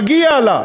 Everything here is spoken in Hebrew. מגיע לה,